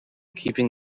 keeping